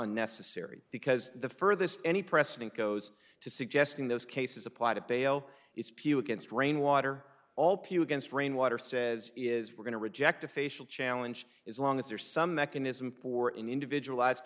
unnecessary because the further any precedent goes to suggesting those cases apply to bail is pew against rainwater all pew against rainwater says is we're going to reject a facial challenge is long as there's some mechanism for individualized